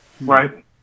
Right